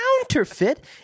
counterfeit